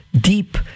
deep